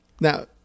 Now